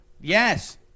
Yes